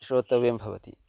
श्रोतव्यं भवति